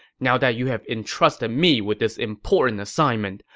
now that you have entrusted me with this important assignment,